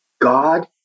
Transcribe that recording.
god